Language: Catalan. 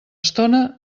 estona